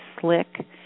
slick